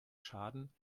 schaden